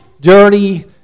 dirty